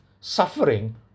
suffering